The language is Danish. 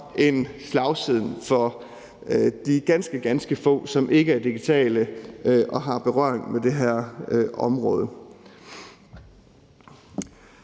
end slagsiden for de ganske, ganske få, som ikke er digitale og har berøring med det her område.